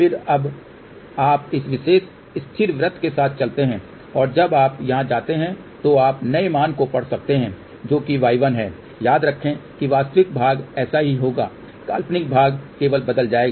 फिर अब आप इस विशेष स्थिर वृत्त के साथ चलते हैं और जब आप यहां जाते हैं तो आप नए मान को पढ़ सकते हैं जो कि y1 है याद रखें कि वास्तविक भाग ऐसा ही होगा काल्पनिक भाग केवल बदल जाएगा